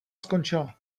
skončila